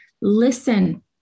Listen